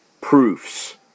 proofs